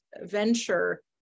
venture